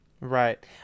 Right